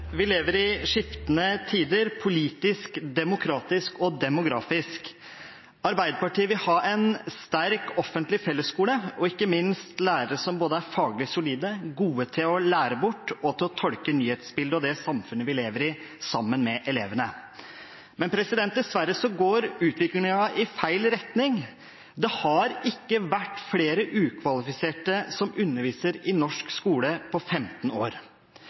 demografisk. Arbeiderpartiet vil ha en sterk offentlig fellesskole og ikke minst lærere som er både faglig solide, gode til å lære bort og til å tolke nyhetsbildet og det samfunnet vi lever i, sammen med elevene. Men dessverre går utviklingen i feil retning. Det har ikke vært flere ukvalifiserte som underviser i norsk skole, på 15 år.